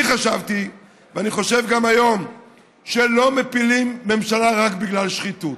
אני חשבתי ואני חושב גם היום שלא מפילים ממשלה רק בגלל שחיתות.